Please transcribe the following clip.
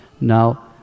Now